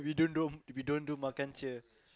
we don't do if we don't do makan cheer